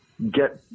get